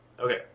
Okay